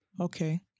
Okay